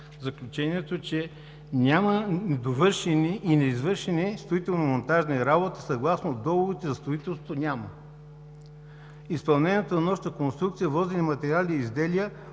заключението е, че: „Няма недовършени и неизвършени строително-монтажни работи, съгласно договорите за строителство“. Няма! „Изпълнението на конструкцията, вързани материали и изделия,